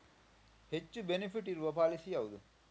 ಹೆಚ್ಚು ಬೆನಿಫಿಟ್ ಇರುವ ಪಾಲಿಸಿ ಯಾವುದು?